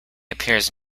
appears